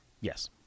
Yes